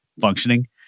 functioning